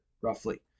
roughly